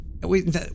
wait